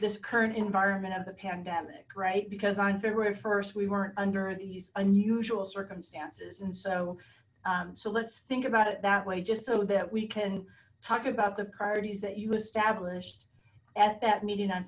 this current environment of the pandemic right because on february first we weren't under these unusual circumstances and so so let's think about it that way just so that we can talk about the priorities that you established at that meeting on